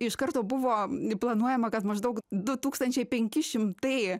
iš karto buvo planuojama kad maždaug du tūkstančiai penki šimtai